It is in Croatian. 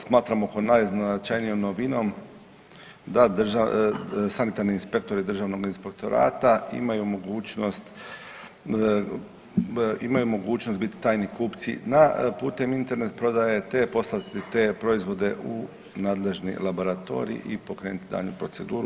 Ovo smatramo ko najznačajnijom novinom da sanitarni inspektori Državnog inspektorata imaju mogućnost, imaju mogućnost biti tajni kupci na, putem Internet prodaje te poslati te proizvode u nadležni laboratorij i pokrenuti daljnju proceduru.